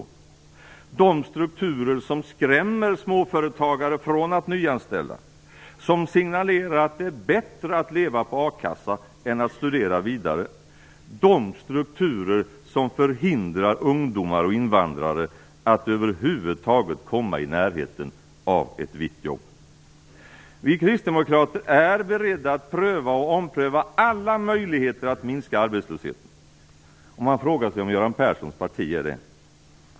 Det gäller de strukturer som skrämmer småföretagare från att nyanställa, som signalerar att det är bättre att leva på a-kassa än att studera vidare och som förhindrar ungdomar och invandrare att över huvud taget komma i närheten av ett vitt jobb. Vi kristdemokrater är beredda att pröva och ompröva alla möjligheter att minska arbetslösheten. Man frågar sig om Göran Perssons parti är det.